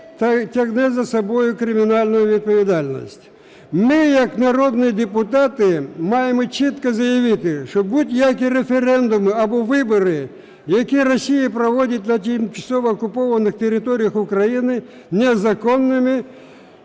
тягне за собою кримінальну відповідальність. Ми як народні депутати маємо чітко заявити, що будь-які референдуми або вибори, які Росія проводить на тимчасово окупованих територіях України, є незаконними